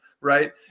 right